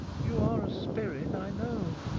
you are a spirit, i know